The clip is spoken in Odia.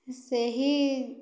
ସେହି